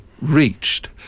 reached